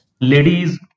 Ladies